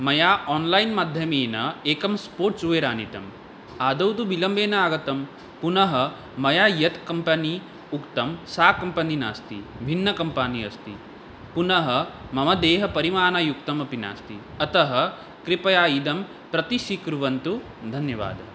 मया ओन्लैन् माध्यमेन एकं स्पोट्ज्वेर् आनीतम् आदौ तु विलम्बेन आगतं पुनः मया या कम्पनी उक्ता सा कम्पनी नास्ति भिन्ना कम्पानी अस्ति पुनः मम देहपरिमाणयुक्तमपि नास्ति अतः कृपया इदं प्रतिस्वीकुर्वन्तु धन्यवादः